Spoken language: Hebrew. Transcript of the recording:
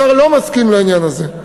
השר לא מסכים לעניין הזה.